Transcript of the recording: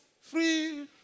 free